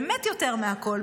באמת יותר מהכול,